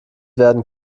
werden